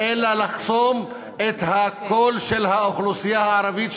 אלא לחסום את הקול של האוכלוסייה הערבית,